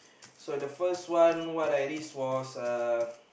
so in the first one what I risk was uh